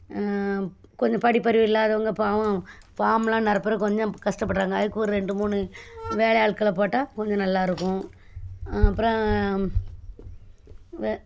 கொஞ்சம் படிப்பறிவு இல்லாதவங்க பாவம் ஃபார்ம்லாம் நிரப்புற கொஞ்சம் கஷ்டப்படுறாங்க அதுக்கு ஒரு ரெண்டு மூணு வேலை ஆட்கள போட்டால் கொஞ்சம் நல்லாயிருக்கும் அப்புறோம் வெ